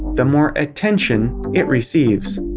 the more attention it receives.